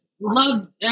love